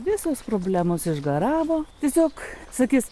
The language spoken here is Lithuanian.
visos problemos išgaravo tiesiog sakys